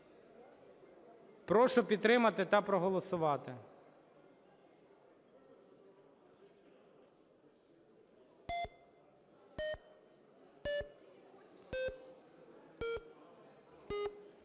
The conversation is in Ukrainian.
Прошу підтримати та проголосувати.